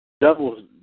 Double